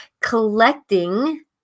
collecting